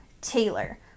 Taylor